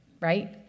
right